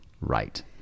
right